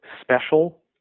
special